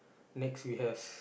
next we has